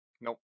nope